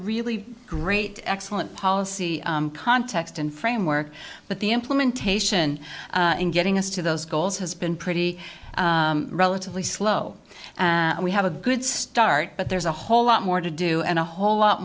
really great excellent policy context and framework but the implementation in getting us to those goals has been pretty relatively slow and we have a good start but there's a whole lot more to do and a whole lot